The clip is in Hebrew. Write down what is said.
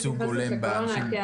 קשר לקורונה.